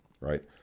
Right